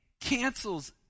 cancels